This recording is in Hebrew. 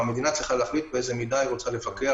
המדינה צריכה להחליט באיזו מידה היא רוצה לפקח